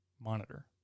monitor